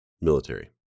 Military